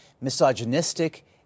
misogynistic